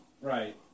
Right